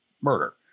murder